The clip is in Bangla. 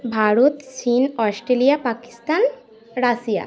ভারত চীন অস্ট্রেলিয়া পাকিস্তান রাশিয়া